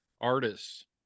artists